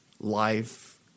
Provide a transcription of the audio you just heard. life